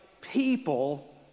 people